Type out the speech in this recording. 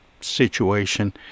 situation